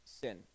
sin